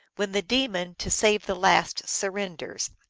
when the demon, to save the last, surrenders.